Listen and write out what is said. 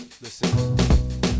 Listen